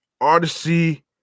Odyssey